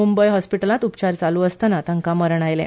मुंबयत हाँस्पीटलांत उपचार चालू आसताना तांका मरण आयले